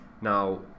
now